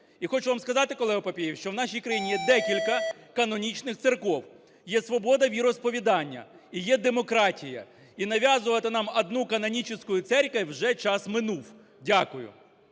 І хочу вам сказати, колегоПапієв, що в нашій країні є декілька канонічних церков, є свобода віросповідання і є демократія. І нав'язувати нам одну каноническую церковь - вже час минув. Дякую.